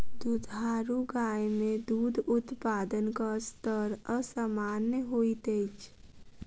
दुधारू गाय मे दूध उत्पादनक स्तर असामन्य होइत अछि